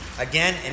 Again